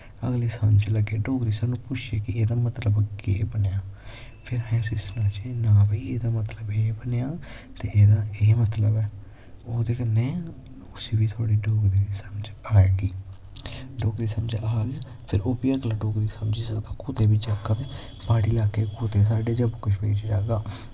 अगले गी समझ लग्गै डोगरी च पुछेआ केह् एह्दा मतलव केह् बनेआ फिर अस उसी सनाचै ना भाई एह्दा मतलव एह् बनेआ ते एह्दा एह् मतलव ऐ ओह्दे कन्ने उसी बी थोह्ड़ी डोगरी दी समझ आए गी डोगरी समझ आह्ग फिर ओह् बी अगला डोगरी समझी सकदा कुते बा जेह्गा ते प्हाड़ी लाह्के चा कुतै साढ़े जम्मू कश्मीर च जाह्गा